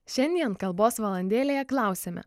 šiandien kalbos valandėlėje klausiame